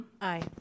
Aye